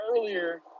earlier